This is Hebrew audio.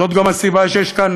זאת גם הסיבה שיש כאן